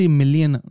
million